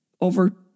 over